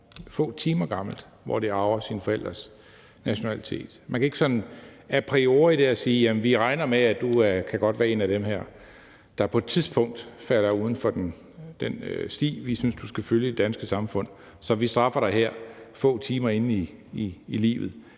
få timer gammelt, når det arver sine forældres nationalitet. Man kan ikke sådan a priori sige der: Jamen vi regner med, at du godt kan være en af dem, der på et tidspunkt falder uden for den sti, vi synes du skal følge i det danske samfund, så vi straffer dig her få timer inde i livet.